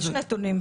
יש נתונים,